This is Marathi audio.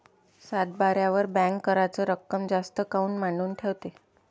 सातबाऱ्यावर बँक कराच रक्कम जास्त काऊन मांडून ठेवते?